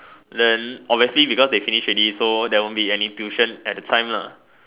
then obviously because they finish already so there won't be any tuition at the time lah